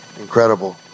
Incredible